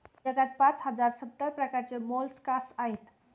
जगात पाच हजार सत्तर प्रकारचे मोलस्कास आहेत